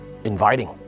inviting